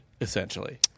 essentially